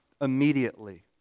immediately